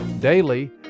Daily